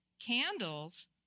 Candles